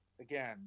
again